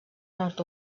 nord